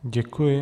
Děkuji.